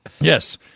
Yes